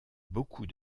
beaucoup